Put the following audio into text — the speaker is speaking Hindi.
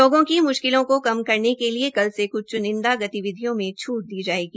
लोगों की म्शकिलों को कम करने के लिए क्छ च्निंदा गतिविधियों में छ्ट दी जायेगी